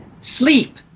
Sleep